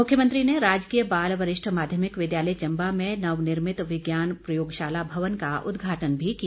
मुख्यमंत्री ने राजकीय बाल वरिष्ठ माध्यमिक विद्यालय चम्बा में नवनिर्मित विज्ञान प्रयोगशाला भवन का उदघाटन भी किया